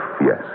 yes